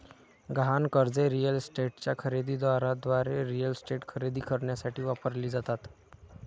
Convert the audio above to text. गहाण कर्जे रिअल इस्टेटच्या खरेदी दाराद्वारे रिअल इस्टेट खरेदी करण्यासाठी वापरली जातात